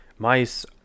mice